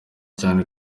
cyane